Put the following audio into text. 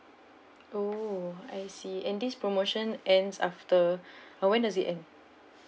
oh I see and this promotion ends after uh when does it end